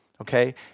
okay